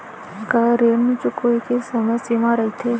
का ऋण चुकोय के समय सीमा रहिथे?